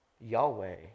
Yahweh